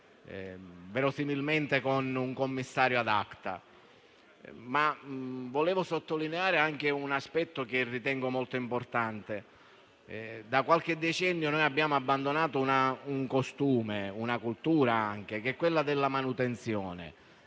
verosimilmente con un commissario *ad acta*. Volevo sottolineare anche un aspetto che ritengo molto importante. Da qualche decennio abbiamo abbandonato un costume e una cultura, quelli della manutenzione.